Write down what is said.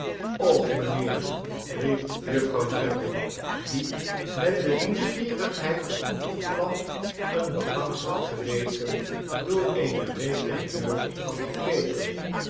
mynheer riej juffrouw drabble die met de nieuwsgierigheid van een bengstigd geweten door eene reet der deur had gekeken